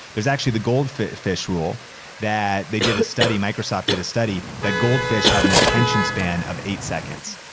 there's actually the goldfish rule that they did a study, microsoft did a study, that goldfish have an attention span of eight seconds.